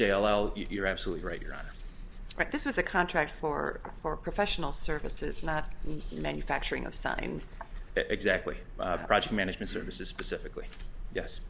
well you're absolutely right you're right this is a contract for for professional services not manufacturing of signs exactly project management services specifically